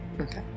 Okay